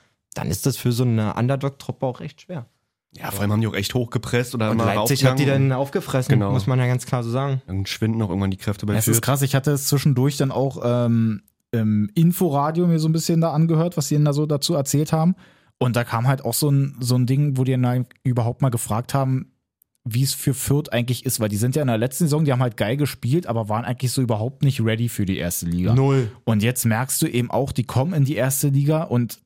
dann ist das für so eine Underdog-Truppe auch echt schwer. Ja, Ja. vor allem haben die auch echt hochgepresst oder Und immer Leipzig raufgegangen. hat die dann aufgefressen, Genau. muss man ja ganz klar so sagen. Dann schwinden auch irgendwann die Kräfte bei Ja, es ist Fürth. krass, ich hatte es zwischendurch dann auch, ähm, im Inforadio mir so ein bisschen da angehört, was die denn da so dazu erzählt haben. Und da kam halt auch so ein- so ein Ding, wo die dann überhaupt mal gefragt haben, wie es für Fürth eigentlich ist. Weil die sind ja in der letzten Saison, die haben halt geil gespielt, aber waren eigentlich so überhaupt nicht ready für die erste Liga. Null. Und jetzt merkst du eben auch, die kommen in die erste Liga und